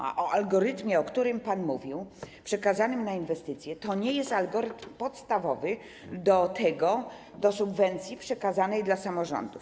A algorytm, o którym pan mówił, przekazany na inwestycje, to nie jest algorytm podstawowy do tego, do subwencji przekazanej dla samorządów.